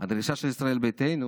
הדרישה של ישראל ביתנו